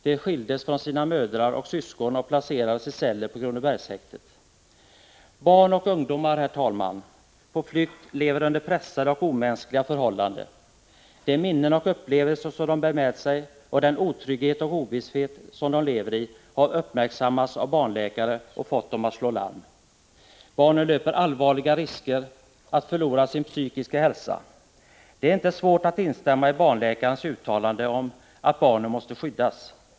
De skildes från sina mödrar och syskon och placerades i celler på Kronobergshäktet. Barn och ungdomar på flykt lever under pressade och omänskliga förhållanden. De minnen och upplevelser som de bär med sig och den otrygghet och ovisshet som de lever i har uppmärksammats av barnläkare och fått dem att slå larm. Barnen löper allvarliga risker att förlora sin psykiska hälsa. Det är inte svårt att instämma i barnläkares uttalande om att barnen måste skyddas.